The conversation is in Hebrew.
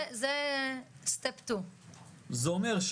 זה step 2. זה אומר,